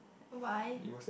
why